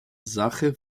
sache